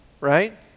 right